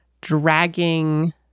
dragging